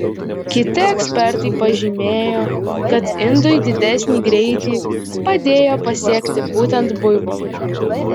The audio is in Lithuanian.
kiti ekspertai pažymėjo kad indui didesnį greitį padėjo pasiekti būtent buivolai